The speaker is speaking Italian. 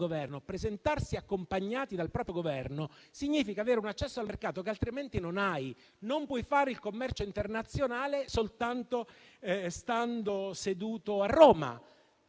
Governo, presentarsi accompagnati dal proprio Governo significa avere un accesso al mercato che altrimenti non si ha. Non si può fare il commercio internazionale soltanto stando seduti a Roma.